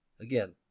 again